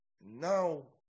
Now